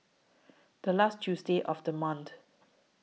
The last Tuesday of The month